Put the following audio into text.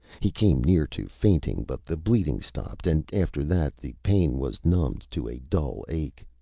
he came near to fainting, but the bleeding stopped and after that the pain was numbed to a dull ache.